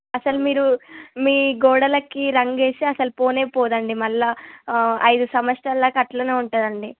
అసలు మీరు మీ గోడలు గోడలకి రంగు వేస్తే అసలు పోనే పోదండి మళ్ళా ఐదు సంవత్సరాలు దాకా అట్లనే ఉంటుంది అండి